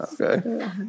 Okay